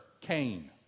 Cain